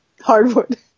hardwood